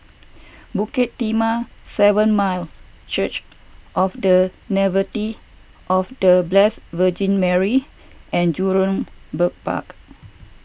Bukit Timah seven Mile Church of the Nativity of the Blessed Virgin Mary and Jurong Bird Park